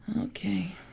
Okay